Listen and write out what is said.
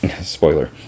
Spoiler